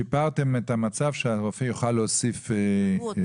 שיפרתם את המצב לכך שהרופא יוכל להוסיף תנאים?